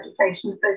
Education